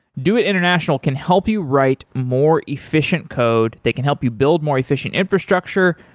doit international can help you write more efficient code, they can help you build more efficient infrastructure.